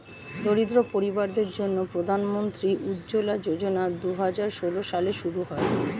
দরিদ্র পরিবারদের জন্যে প্রধান মন্ত্রী উজ্জলা যোজনা দুহাজার ষোল সালে শুরু হয়